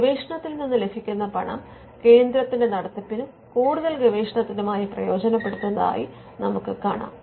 ഗവേഷണത്തിൽ നിന്ന് ലഭിക്കുന്ന പണം കേന്ദ്രത്തിന്റെ നടത്തിപ്പിനും കൂടുതൽ ഗവേഷണത്തിനുമായി പ്രയോജനപ്പെടുത്താനുമായി ഉപയോഗിക്കാം